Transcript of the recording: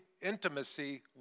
intimacy